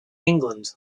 england